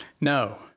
no